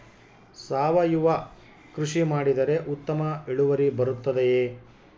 ಸಾವಯುವ ಕೃಷಿ ಮಾಡಿದರೆ ಉತ್ತಮ ಇಳುವರಿ ಬರುತ್ತದೆಯೇ?